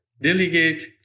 delegate